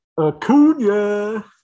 Acuna